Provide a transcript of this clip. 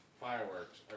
fireworks